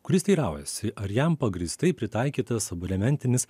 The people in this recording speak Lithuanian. kuris teiraujasi ar jam pagrįstai pritaikytas abonementinis